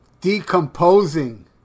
Decomposing